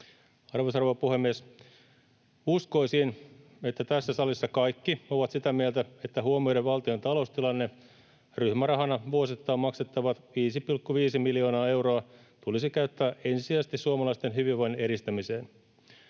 rouva puhemies! Uskoisin, että tässä salissa kaikki ovat sitä mieltä, että huomioiden valtion taloustilanne ryhmärahana vuosittain maksettava 5,5 miljoonaa euroa tulisi käyttää ensisijaisesti suomalaisten hyvinvoinnin edistämiseen.